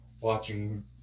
watching